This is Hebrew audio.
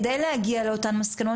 כדי להגיע לאותן מסקנות,